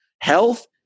health